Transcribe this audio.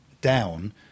down